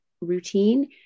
routine